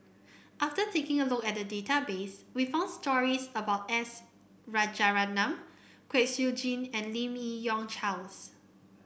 after taking a look at the database we found stories about S Rajaratnam Kwek Siew Jin and Lim Yi Yong Charles